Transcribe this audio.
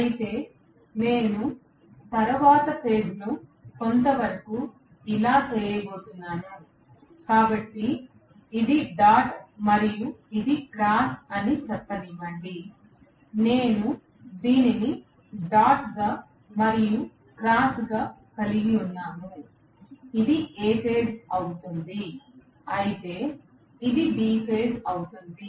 అయితే నేను తరువాతి ఫేజ్ ను కొంతవరకు ఇలా చేయబోతున్నాను కాబట్టి ఇది డాట్ మరియు ఇది క్రాస్ అని చెప్పనివ్వండి నేను దీనిని డాట్ గా మరియు క్రాస్ గా కలిగి ఉంటాను ఇది A ఫేజ్ అవుతుంది అయితే ఇది B ఫేజ్ అవుతుంది